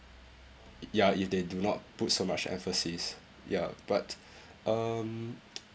y~ ya if they do not put so much emphasis ya but um